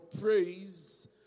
praise